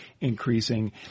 increasing